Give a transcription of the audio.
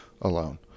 alone